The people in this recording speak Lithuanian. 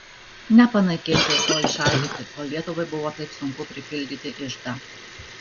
ne panaikinti o įšaldyti kol lietuvai buvo taip sunku pripildyti iždą